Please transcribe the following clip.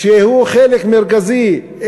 שהוא חלק מרכזי,